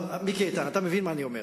אתה מבין מה אני אומר?